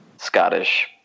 Scottish